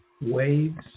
waves